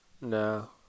No